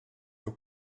your